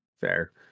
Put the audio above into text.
Fair